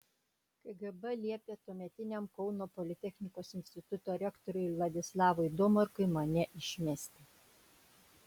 kgb liepė tuometiniam kauno politechnikos instituto rektoriui vladislavui domarkui mane išmesti